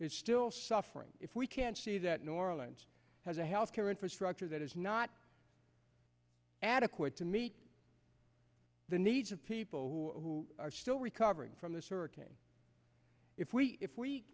is still suffering if we can't see that new orleans has a healthcare infrastructure that is not adequate to meet the needs of people who are still recovering from this hurricane if we if we